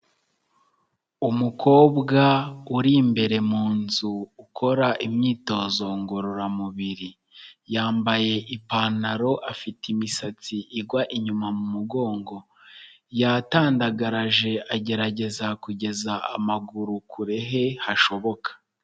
Umukobwa uri imbere mu nzu ukora imyitozo ngororamubiri, yambaye ipantaro afite imisatsi igwa inyuma mu mugongo, yatandagaraje agerageza kugeza amaguru kure he hashoboka.